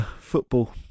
football